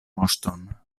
moŝton